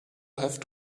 have